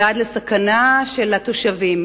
ומגיע עד לסכנה לתושבים.